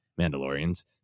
Mandalorians